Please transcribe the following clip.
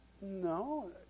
no